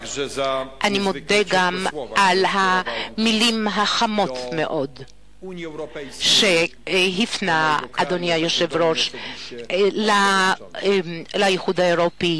אני מודה גם על המלים החמות מאוד שהפנה אדוני היושב-ראש לאיחוד האירופי,